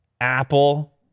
Apple